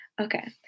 Okay